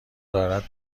دارد